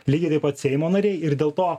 lygiai taip pat seimo nariai ir dėl to